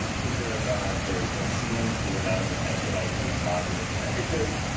cause there there is no ceiling to the amount of attention i need positive or negative,